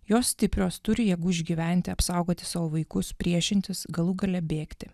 jos stiprios turi jėgų išgyventi apsaugoti savo vaikus priešintis galų gale bėgti